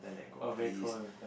a bacon